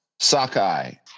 Sakai